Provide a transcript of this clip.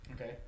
Okay